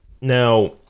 now